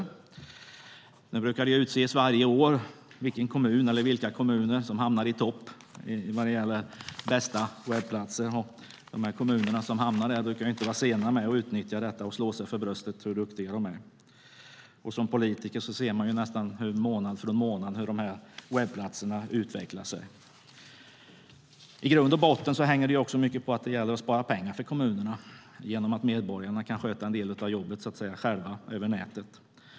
Varje år brukar man utse vilken kommun eller vilka kommuner i Sverige som hamnar i topp vad gäller bästa webbplatsen. De kommuner som hamnar där brukar inte vara sena med att utnyttja detta och slå sig för bröstet och tala om hur duktiga de är. I min egenskap av politiker kan jag månad efter månad se hur webbplatserna utvecklas. I grund och botten hänger mycket på att kommunerna ska spara pengar genom att medborgarna kan sköta en del av arbetet själva över nätet.